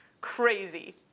crazy